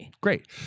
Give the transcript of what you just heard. Great